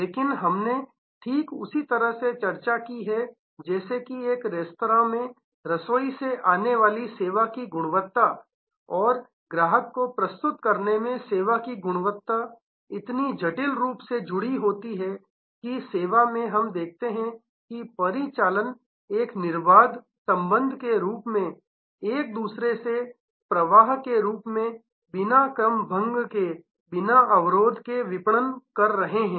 लेकिन हमने ठीक उसी तरह चर्चा की है जैसे कि एक रेस्तरां में रसोई से आने वाली सेवा की गुणवत्ता और ग्राहक को प्रस्तुत करने में सेवा की गुणवत्ता इतनी जटिल रूप से जुड़ी होती है कि सेवा में हम देखते हैं कि परिचालन एक निर्बाध संबंध के रूप में एक से दूसरे में प्रवाह के रूप में बिना क्रम भंग के बिना अवरोध के विपणन कर रहे हैं